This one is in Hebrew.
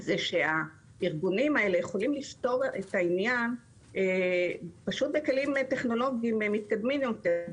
שהארגונים האלה יכולים לפתור את העניין בכלים טכנולוגיים מתקדמים יותר.